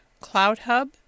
CloudHub